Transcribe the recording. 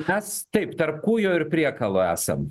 mes taip tarp kūjo ir priekalo esam